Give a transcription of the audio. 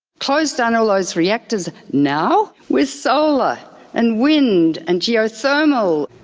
close down all those reactors, now! with solar and wind and geothermal.